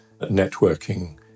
networking